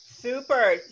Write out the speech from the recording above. Super